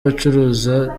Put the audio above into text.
abacuruza